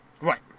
Right